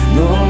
no